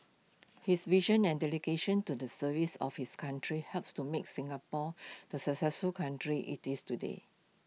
his vision and dedication to the service of his country helps to make Singapore the successful country IT is today